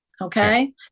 Okay